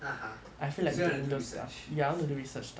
(uh huh) so you want to do research